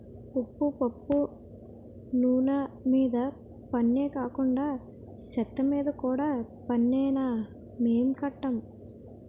ఉప్పు పప్పు నూన మీద పన్నే కాకండా సెత్తమీద కూడా పన్నేనా మేం కట్టం